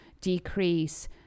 decrease